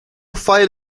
fired